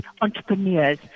entrepreneurs